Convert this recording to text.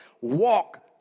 walk